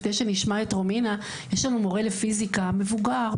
לפני שנשמע את רומינה יש לנו מורה לפיזיקה מבוגר,